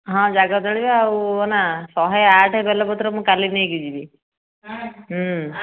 ହଁ ଜାଗର ଜଳିବ ଆଉ ଅନା ଶହେ ଆଠ ବେଲପତ୍ର ମୁଁ କାଲି ନେଇକି ଯିବି